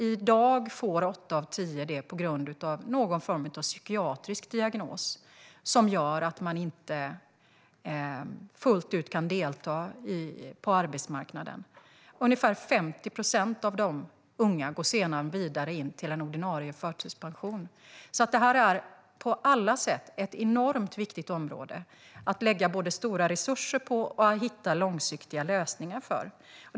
I dag får åtta av tio det på grund av någon form av psykiatrisk diagnos som gör att man inte fullt ut kan delta på arbetsmarknaden. Ungefär 50 procent av dessa unga går sedan vidare till en ordinarie förtidspension. Det här är alltså ett på alla sätt enormt viktigt område att både lägga stora resurser på och hitta långsiktiga lösningar för.